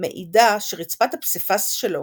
מעידה שרצפת הפסיפס שלו